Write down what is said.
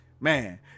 Man